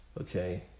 okay